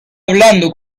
hablando